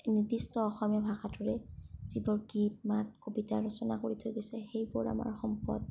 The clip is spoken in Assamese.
নিৰ্দিষ্ট অসমীয়া ভাষাটোৰে যিবোৰ গীত মাত কবিতা ৰচনা কৰি থৈ গৈছে সেইবোৰ আমাৰ সম্পদ